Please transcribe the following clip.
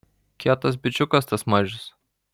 kietas bičiukas tas mažius